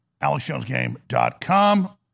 alexjonesgame.com